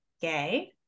gay